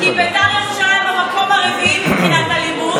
כי בית"ר ירושלים במקום הרביעי מבחינת אלימות.